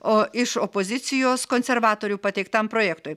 o iš opozicijos konservatorių pateiktam projektui